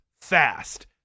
fast